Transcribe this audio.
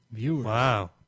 Wow